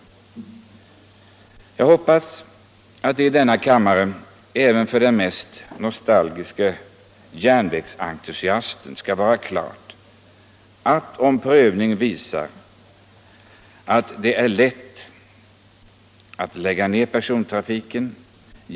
24 mars 1976 Jag hoppas att det skall stå klart även för den mest nostalgiska järn= — vägsentusiast här i kammaren att järnvägsspåren kommer att finnas kvar, — Ersättning för drift även om prövningen skulle visa att det är lätt att lägga ned persontrafiken.